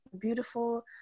beautiful